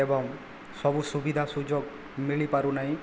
ଏବଂ ସବୁ ସୁବିଧା ସୁଯୋଗ ମିଳି ପାରୁନାହିଁ